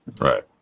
Right